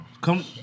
come